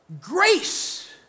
Grace